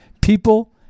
people